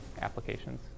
applications